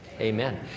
amen